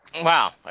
Wow